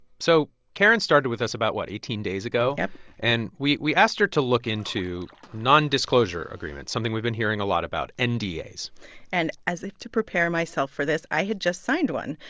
so karen started with us about what? eighteen days ago yep and we we asked her to look into nondisclosure agreements, something we've been hearing a lot about and nda's and as if to prepare myself for this, i had just signed one.